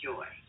Joy